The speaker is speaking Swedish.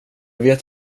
vet